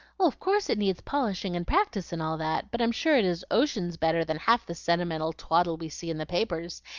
of course it needs polishing and practice and all that but i'm sure it is oceans better than half the sentimental twaddle we see in the papers,